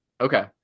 Okay